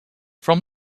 from